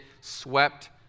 swept